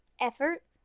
effort